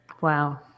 Wow